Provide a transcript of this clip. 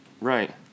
Right